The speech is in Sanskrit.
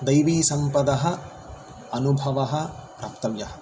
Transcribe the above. दैवीसम्पदः अनुभवः प्राप्तव्यः